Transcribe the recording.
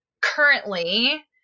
currently